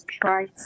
Try